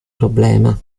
problema